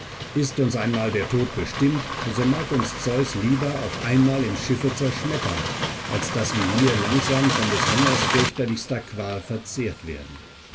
ist uns einmal der tod bestimmt so mag uns zeus lieber auf einmal im schiffe zerschmettern als daß wir hier langsam von des hungers fürchterlichster qual verzehrt werden